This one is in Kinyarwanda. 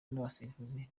n’abasifuzi